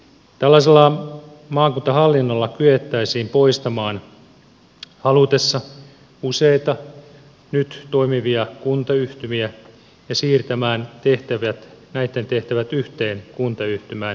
tällaisella maakuntahallinnolla kyettäisiin poistamaan halutessa useita nyt toimivia kuntayhtymiä ja siirtämään näitten tehtävät yhteen kuntayhtymään